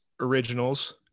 originals